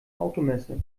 automesse